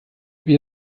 wie